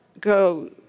go